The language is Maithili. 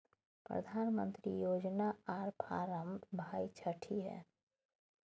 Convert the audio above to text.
प्रधानमंत्री योजना आर फारम भाई छठी है?